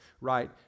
right